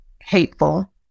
hateful